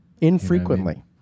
Infrequently